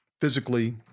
physically